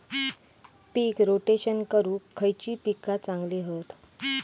पीक rotation करूक खयली पीका चांगली हत?